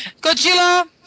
Godzilla